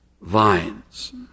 vines